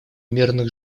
мирных